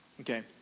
Okay